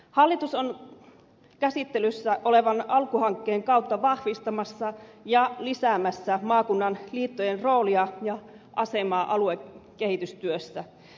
hallitus on käsittelyssä olevan alkuhankkeen kautta vahvistamassa ja lisäämässä maakuntien liittojen roolia ja asemaa aluekehitystyössä